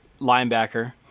linebacker